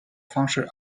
方式